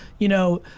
you know,